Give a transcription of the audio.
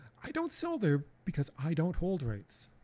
i don't sell there because i don't hold rights.